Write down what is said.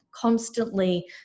constantly